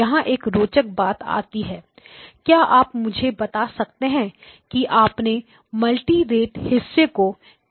यहां एक रोचक बात आती है क्या आप मुझे बता सकते हैं कि आपने मल्टीरेट हिस्से को किस प्रकार अध्ययन किया है